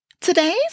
Today's